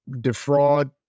defraud